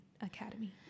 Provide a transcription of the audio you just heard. academy